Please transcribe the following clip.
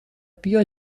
بیا